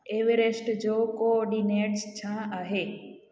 Everest जो coordinates छा आहे